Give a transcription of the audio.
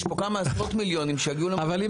יש פה כמה עשרות מיליונים שיגיעו --- אבל אם